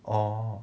orh